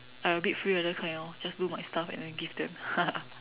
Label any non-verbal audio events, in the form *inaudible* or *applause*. I a bit freeloader orh just do my stuff and then give them *laughs*